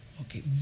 Okay